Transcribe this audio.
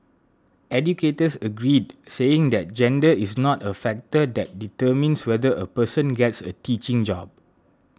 educators agreed saying that gender is not a factor that determines whether a person gets a teaching job